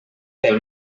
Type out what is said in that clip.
pel